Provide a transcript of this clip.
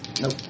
Nope